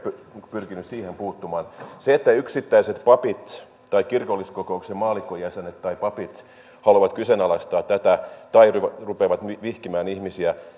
pyrkinyt siihen puuttumaan se että yksittäiset papit tai kirkolliskokouksen maallikkojäsenet tai papit haluavat kyseenalaistaa tätä tai rupeavat vihkimään ihmisiä